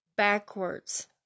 Backwards